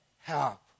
help